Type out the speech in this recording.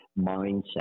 mindset